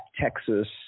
Texas